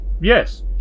yes